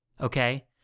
Okay